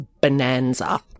bonanza